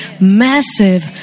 massive